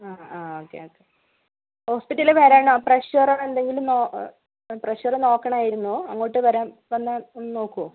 ആ ആ okay okay ഹോസ്പിറ്റലിൽ വരണോ പ്രഷറോ എന്തെങ്കിലും പ്രഷറ് നോക്കണമായിരുന്നു അങ്ങോട്ട് വരാൻ വന്നാൽ ഒന്ന് നോക്കുമോ